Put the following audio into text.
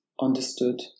understood